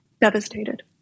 Devastated